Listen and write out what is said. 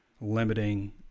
limiting